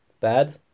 bad